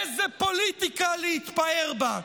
איזו פוליטיקה להתפאר בה.